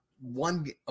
one